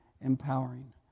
empowering